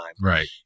Right